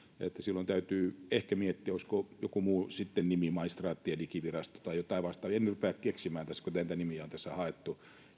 silloin täytyy ehkä miettiä olisiko sille joku muu nimi sitten maistraatti ja digivirasto tai jotain vastaavaa en rupea niitä keksimään tässä kun niitä nimiä on tässä haettu